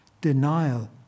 denial